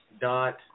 dot